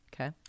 Okay